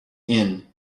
inn